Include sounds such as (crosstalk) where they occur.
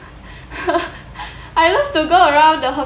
(laughs) I love to go around the